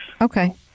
Okay